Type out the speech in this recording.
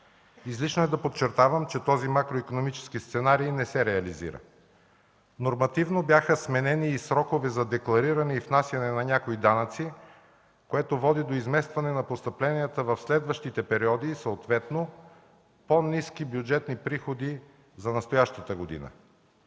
Излишно е да подчертавам, че този макроикономически сценарий не се реализира. Нормативно бяха сменени и срокове за деклариране и внасяне на някои данъци, което води до изместване на постъпленията в следващите периоди, съответно по-ниски бюджетни приходи за настоящата година.